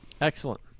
excellent